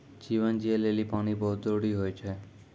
जीवन जियै लेलि पानी बहुत जरूरी होय छै?